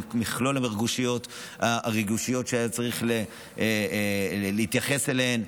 עם מכלול הרגישויות שהיה צריך להתייחס אליהן,